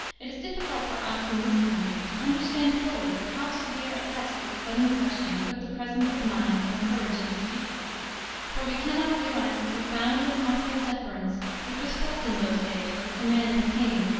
it is difficult for us, in this country, to understand fully to how severe a test this sudden question put the presence of mind and courage of the speaker for we can not realize the profound and awful deference which was felt in those days for the command of a king.